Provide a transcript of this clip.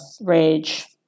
rage